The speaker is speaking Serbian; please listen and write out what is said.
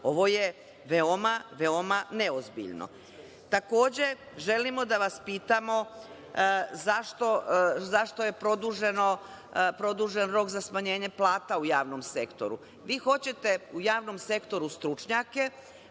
Ovo je veoma, veoma neozbiljno. Takođe, želimo da vas pitamo zašto je produžen rok za smanjenje plata u javnom sektoru? Vi hoćete u javnom sektoru stručnjake,